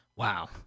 Wow